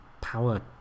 power